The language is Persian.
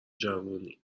جوونی